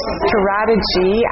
strategy